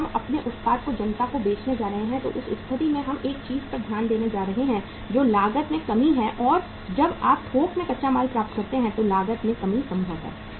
जब हम अपने उत्पाद को जनता को बेचने जा रहे हैं तो उस स्थिति में हम एक चीज पर ध्यान देने जा रहे हैं जो लागत में कमी है और जब आप थोक में कच्चा माल प्राप्त करते हैं तो लागत में कमी संभव है